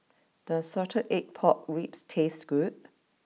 does Salted Egg Pork Ribs taste good